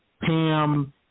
Pam